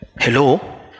Hello